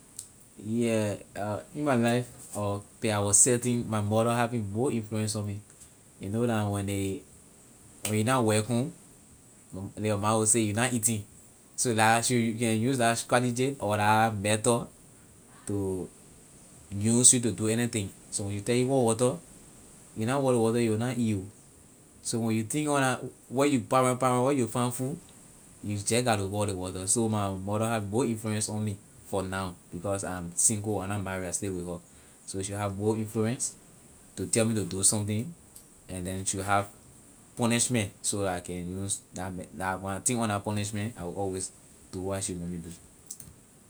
Yeah in my life per our setting my mother having more influene on me you kow that when they when you na work home your ma will say you na eating so she can use la strategy or la method to use you to do anything so when she tell you haul water you na haul ley water you will na eat ho so when you think on that where you pass round pass round where you will find food you just got to haul the water so my mother have more influence on me for now because I'm single I na married I stay with her so she have more influence to tell me to do something and then she will have punishment so that I can use that when I think on that punishment I will always do what she want me do.